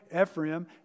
Ephraim